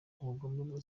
ubugome